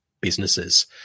businesses